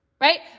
right